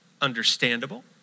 understandable